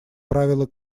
правило